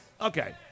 okay